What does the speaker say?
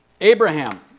Abraham